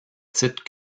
titre